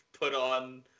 put-on